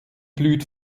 blüht